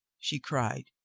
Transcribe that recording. she cried.